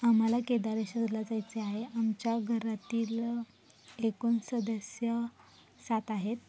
आम्हाला केदारेश्वरला जायचे आहे आमच्या घरातील एकूण सदस्य सात आहेत